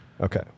Okay